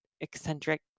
eccentric